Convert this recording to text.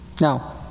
Now